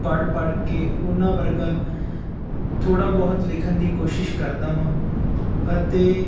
ਪੜ੍ਹ ਪੜ੍ਹ ਕੇ ਉਹਨਾਂ ਵਰਗਾ ਥੋੜ੍ਹਾ ਬਹੁਤ ਲਿਖਣ ਦੀ ਕੋਸ਼ਿਸ਼ ਕਰਦਾ ਹਾਂ ਅਤੇ